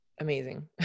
amazing